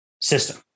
system